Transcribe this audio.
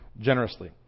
generously